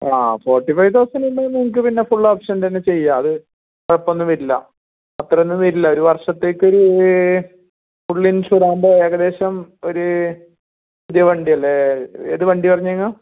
ആ forty five thousand ഉണ്ടെങ്കിൽ നിങ്ങൾക്ക് ഫുൾ ഒപ്ഷന്റെ തന്നെ ചെയ്യാം അത് കുഴപ്പം ഒന്നും വരില്ല അത്ര ഒന്നും വരില്ല ഒരു വർഷത്തേക്ക് ഒരു ഫുൾ ഇൻഷുർ ആകുമ്പോൾ ഏകദേശം ഒരു പുതിയ വണ്ടിയല്ലേ ഏത് വണ്ടിയാണ് പറഞ്ഞത് നിങ്ങൾ